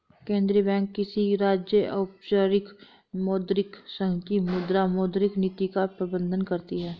केंद्रीय बैंक किसी राज्य, औपचारिक मौद्रिक संघ की मुद्रा, मौद्रिक नीति का प्रबन्धन करती है